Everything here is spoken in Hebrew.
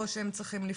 או שהם צריכים לפנות.